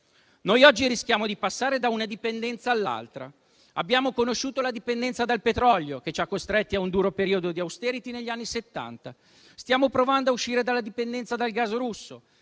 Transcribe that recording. Noi oggi rischiamo di passare da una dipendenza all'altra: abbiamo conosciuto la dipendenza dal petrolio, che ci ha costretti a un duro periodo di *austerity* negli anni Settanta; stiamo provando a uscire dalla dipendenza dal gas russo